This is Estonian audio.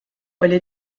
oli